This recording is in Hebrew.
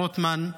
רוטמן,